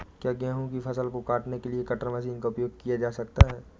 क्या गेहूँ की फसल को काटने के लिए कटर मशीन का उपयोग किया जा सकता है?